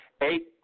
Eight